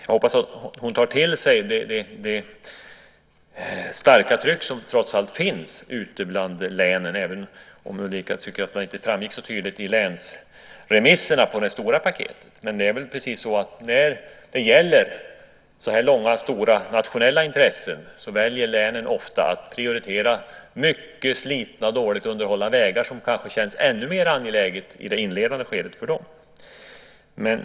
Jag hoppas att hon tar till sig det starka tryck som trots allt finns ute bland länen, även om Ulrica tycker att det inte framgick så tydligt i länsremisserna på det stora paketet. Men det är väl så att när det gäller så här långa och stora nationella intressen så väljer länen ofta att prioritera mycket slitna och dåligt underhållna vägar som kanske känns ännu mer angelägna i det inledande skedet för dem.